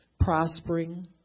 Prospering